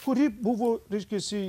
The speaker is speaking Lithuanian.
kuri buvo reiškiasi